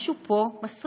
משהו פה מסריח,